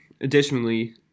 additionally